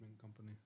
company